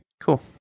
Cool